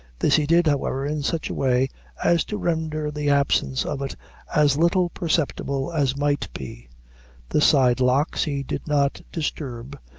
this he did, however, in such a way as to render the absence of it as little perceptible as might be the side locks he did not disturb,